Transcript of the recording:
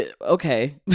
Okay